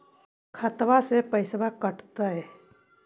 खतबे से पैसबा कटतय?